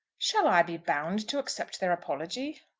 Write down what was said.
shall i be bound to accept their apology?